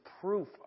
proof